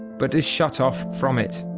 but is shut off from it.